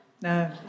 No